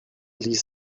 ließ